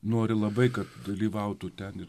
nori labai kad dalyvautų ten ir